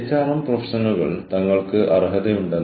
എല്ലാവർക്കും ഇന്റർനെറ്റിലേക്ക് ആക്സസ് ഉണ്ട്